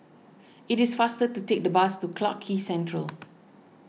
it is faster to take the bus to Clarke Quay Central